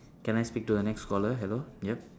can I speak to the next caller hello yup